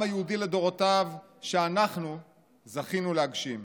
היהודי לדורותיו שאנחנו זכינו להגשים.